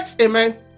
amen